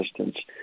assistance